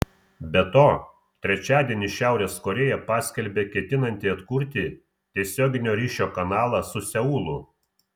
be to trečiadienį šiaurės korėja paskelbė ketinanti atkurti tiesioginio ryšio kanalą su seulu